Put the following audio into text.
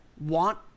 want